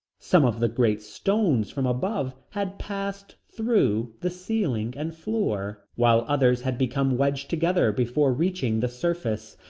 some of the great stones from above had passed through the ceiling and floor, while others had become wedged together before reaching the surface,